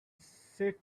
set